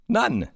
none